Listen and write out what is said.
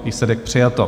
Výsledek: přijato.